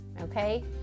okay